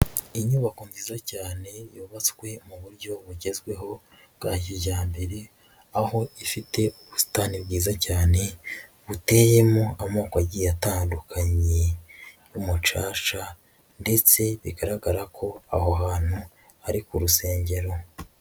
Inyubako nziza cyane yubatswe mu buryo bugezweho bwa kijyambere, aho ifite ubusitani bwiza cyane buteyemo amoko agiye atandukanye y'umucaca ndetse bigaragara ko aho hantu ari ku rusengero.